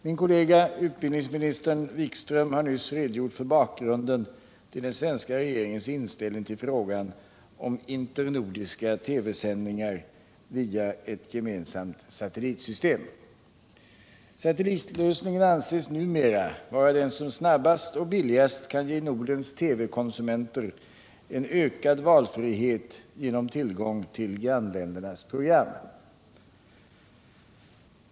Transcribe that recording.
Min kollega, utbildningsminister Wikström, har nyss redogjort för bakgrunden till den svenska regeringens inställning till frågan om internordiska TV-sändningar via ett gemensamt satellitsystem. Satellitlösningen anses numera vara den som snabbast och billigast kan ge Nordens TV konsumenter en ökad valfrihet genom tillgång till grannländernas program.